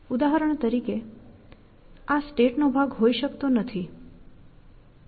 ઉદાહરણ તરીકે આ સ્ટેટનો ભાગ હોઈ શકતો નથી